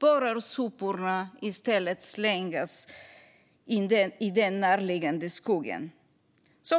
börjar soporna i stället slängas i den närliggande skogen.